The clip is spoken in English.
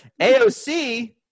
AOC